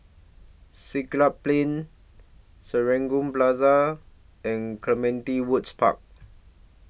Siglap Plain Serangoon Plaza and Clementi Woods Park